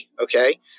okay